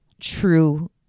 true